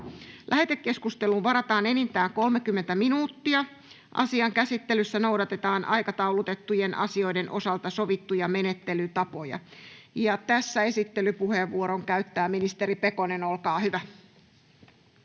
Lähetekeskusteluun varataan enintään 30 minuuttia. Asian käsittelyssä noudatetaan aikataulutettujen asioiden osalta sovittuja menettelytapoja. — Tässä esittelypuheenvuoron käyttää ministeri Pekonen. Olkaa hyvä.